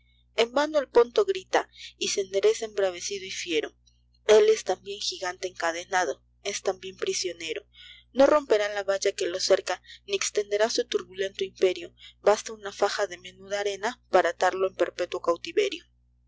en vano el ponto grita y se endereza embravecido y fiero el es tambien jigante encadenado i es tambien prisionero no romperá la valla que lo cerca ni estenderá sn turbulento imperio basta una faja de menuda arena para atarlo en perpetuo cautiverio